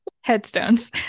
Headstones